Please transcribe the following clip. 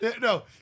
No